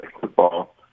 football